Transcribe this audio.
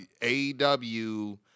AEW